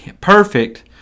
perfect